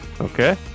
okay